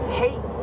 hate